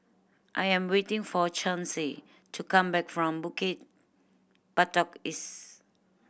I am waiting for Chauncy to come back from Bukit Batok East